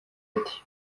ati